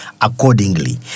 accordingly